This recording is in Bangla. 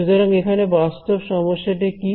সুতরাং এখানে বাস্তব সমস্যাটা কি